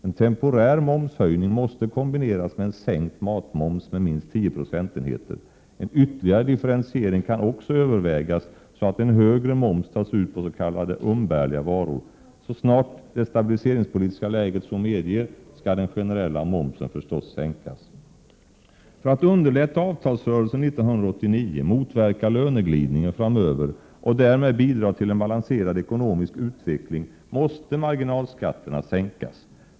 En temporär momshöjning måste kombineras med en sänkt matmoms med minst 10 procentenheter. En ytterligare differentiering kan också övervägas så att en högre moms tas ut på s.k. umbärliga varor. Så snart det stabiliseringspolitiska läget så medger skall den generella momsen sänkas. För att underlätta avtalsrörelsen 1989, motverka löneglidningen framöver och därmed bidra till en balanserad ekonomisk utveckling måste marginalskatterna sänkas.